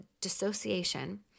dissociation